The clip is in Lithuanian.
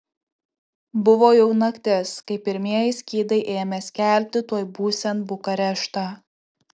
buvo jau naktis kai pirmieji skydai ėmė skelbti tuoj būsiant bukareštą